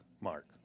Mark